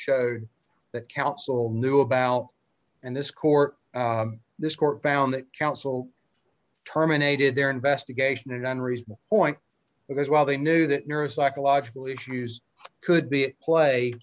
showed that counsel knew about and this court this court found that council terminated their investigation an unreasonable point because while they knew that nurse psychological issues could be at play